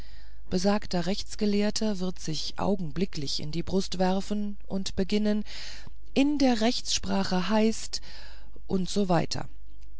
besagter rechtsgelehrter wird sich augenblicklich in die brust werfen und beginnen in der rechtssprache heißt u s